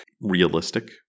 realistic